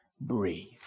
Breathe